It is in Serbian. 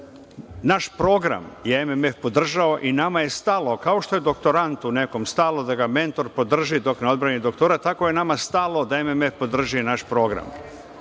Naš program je MMF podržao i nama je stalo, kao što je doktorantu nekom stalo da mentor podrži dok ne odbrani doktora, tako je nama stalo da MMF podrži naš program. Prema